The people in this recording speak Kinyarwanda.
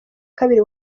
kabiri